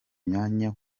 myanya